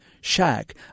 shack